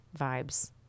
vibes